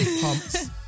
pumps